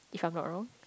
if I'm not wrong